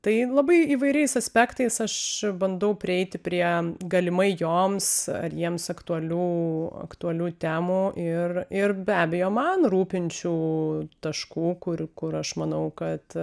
tai labai įvairiais aspektais aš bandau prieiti prie galimai joms ar jiems aktualių aktualių temų ir ir be abejo man rūpinčių taškų kur kur aš manau kad